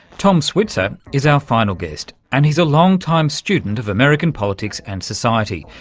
tom switzer is our final guest and he's a long-time student of american politics and society.